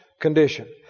condition